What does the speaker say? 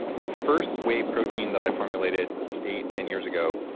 the first whey protein that i formulated eight, ten years ago,